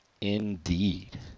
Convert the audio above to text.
Indeed